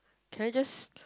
can I just